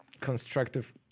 constructive